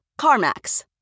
CarMax